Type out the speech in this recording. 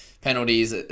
penalties